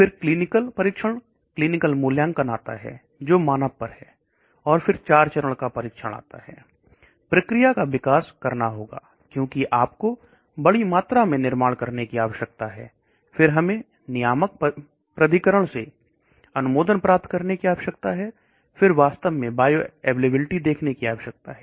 फिर क्लीनिकल परीक्षण क्लीनिकल मूल्यांकन आता है जो मानव पर है और फिर चरण 4 का परीक्षण आता है प्रक्रिया का विकास करना होगा क्योंकि आपको बड़ी मात्रा में निर्माण करने की आवश्यकता है हमें नियामक प्राधिकरण से अनुमोदन प्राप्त करने की आवश्यकता है वास्तव में बायोअवेलेबिलिटी देखने की आवश्यकता है